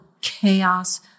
chaos